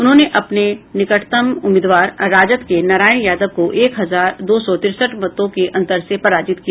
उन्होंने अपने निकटतम उम्मीदवार राजद के नारायण यादव को एक हजार दो सौ तिरसठ मतों के अंतर से पराजित किया